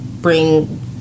bring